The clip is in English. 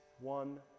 one